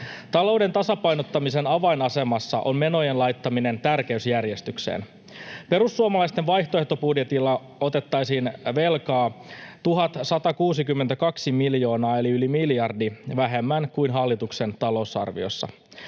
Talouden tasapainottamisen avainasemassa on menojen laittaminen tärkeysjärjestykseen. Perussuomalaisten vaihtoehtobudjetilla otettaisiin velkaa 1 162 miljoonaa eli yli miljardi vähemmän kuin hallituksen talousarviossa.